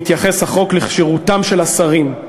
מתייחס החוק לכשירותם של השרים.